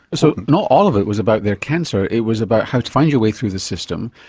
so not all of it was about their cancer, it was about how to find your way through the system,